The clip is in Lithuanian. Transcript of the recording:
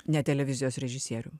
ne televizijos režisierium